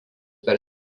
per